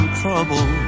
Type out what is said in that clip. trouble